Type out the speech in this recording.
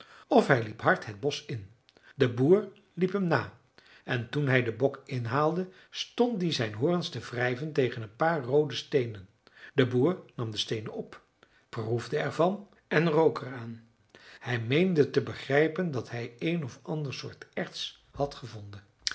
of hij liep hard het bosch in de boer liep hem na en toen hij den bok inhaalde stond die zijn horens te wrijven tegen een paar roode steenen de boer nam de steenen op proefde er van en rook er aan hij meende te begrijpen dat hij een of ander soort erts had gevonden